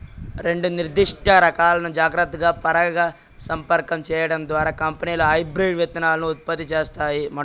రెండు నిర్దిష్ట రకాలను జాగ్రత్తగా పరాగసంపర్కం చేయడం ద్వారా కంపెనీలు హైబ్రిడ్ విత్తనాలను ఉత్పత్తి చేస్తాయి